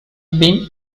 been